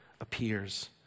appears